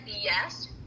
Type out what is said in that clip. yes